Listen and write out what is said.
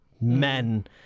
men